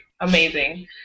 amazing